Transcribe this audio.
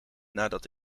nadat